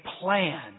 plan